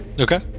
Okay